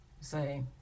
say